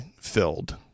filled